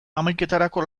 hamaiketarako